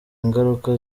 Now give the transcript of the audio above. ngaruka